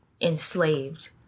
enslaved